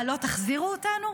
מה, לא תחזירו אותנו?